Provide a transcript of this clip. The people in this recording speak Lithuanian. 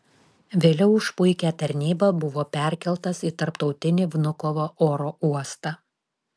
vėliau už puikią tarnybą buvo perkeltas į tarptautinį vnukovo oro uostą